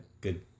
good